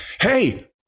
hey